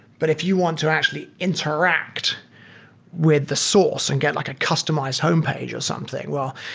but if you want to actually interact with the source and get like a customized homepage or something, well,